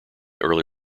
early